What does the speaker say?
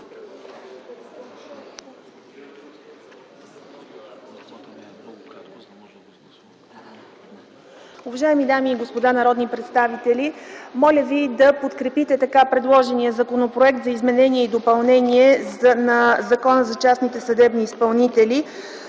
Уважаеми дами и господа народни представители, моля ви да подкрепите така предложения Законопроект за изменение и допълнение на Закона за частните съдебни изпълнители.